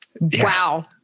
Wow